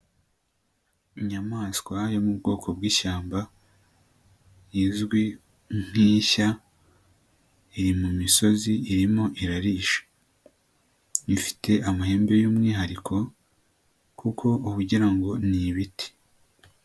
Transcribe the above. Inyamaswa yo mu bwoko bw'ishyamba izwi nk'ishya, iri mu misozi irimo irarisha. Ifite amahembe y'umwihariko kuko uba ugira ngo ni ibiti.